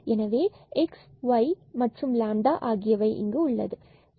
எனவே x y மற்றும் λ ஆகியவை உள்ளது